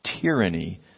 tyranny